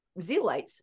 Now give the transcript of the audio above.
zeolites